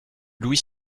louis